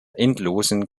endlosen